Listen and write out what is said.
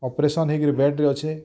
operation ହେଇକି ବେଡ଼ରେ ଅଛି